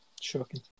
Shocking